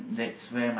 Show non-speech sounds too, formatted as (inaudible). (breath)